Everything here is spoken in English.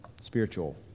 spiritual